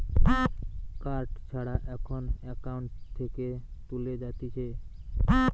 card ছাড়া এখন account থেকে তুলে যাতিছে